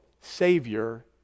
Savior